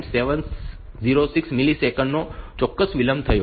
706 milliseconds નો ચોક્કસ વિલંબ થયો છે